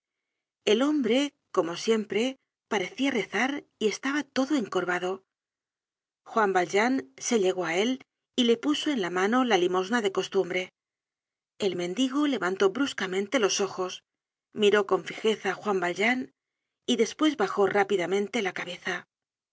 el hombre como siempre parecia rezar y estaba todo encorvado juan valjean se llegó á él y le puso en la mano la limosna de costumbre el mendigo levantó bruscamente los ojos miró con fijeza á juan valjean y despues bajó rápidamente la cabeza